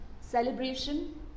Celebration